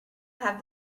have